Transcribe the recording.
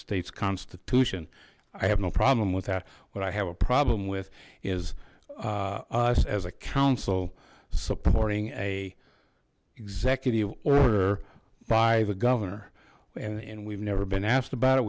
states constitution i have no problem with that what i have a problem with is us as a council supporting a executive order by the governor and we've never been asked about